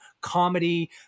comedy